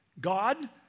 God